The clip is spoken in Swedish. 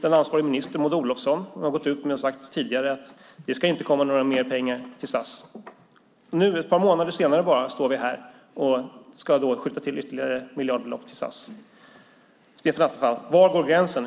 Den ansvariga ministern, Maud Olofsson, gick tidigare ut och sade att det inte skulle komma några mer pengar till SAS. Ett par månader senare står vi här och ska skjuta till ytterligare miljarder till SAS. Var går gränsen, Stefan Attefall?